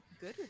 good